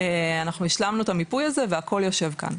אנחנו השלמנו את המיפוי הזה והכל יושב כאן.